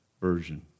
version